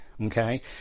okay